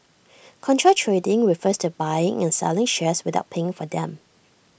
contra trading refers to buying and selling shares without paying for them